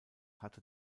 hatte